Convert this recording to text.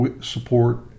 support